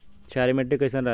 क्षारीय मिट्टी कईसन रहेला?